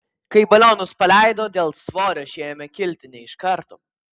kai balionus paleido dėl svorio šie ėmė kilti ne iš karto